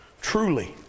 truly